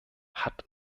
hat